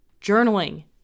journaling